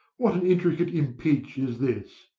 what an intricate impeach is this!